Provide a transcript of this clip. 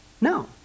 No